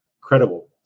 credible